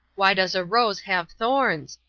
why does a rose have thorns?